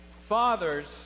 Fathers